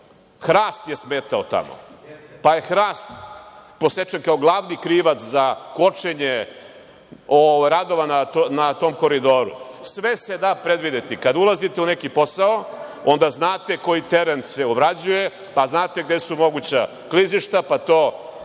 Hrast je smetao tamo, pa je hrast posečen kao glavni krivac za kočenje radova na tom koridoru. Sve se da predvideti. Kada ulazite u neki posao, onda znate koji teren se obrađuje, pa znate gde su moguća klizišta, pa to